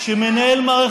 שים לב,